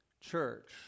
Church